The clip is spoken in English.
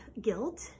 guilt